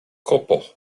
copo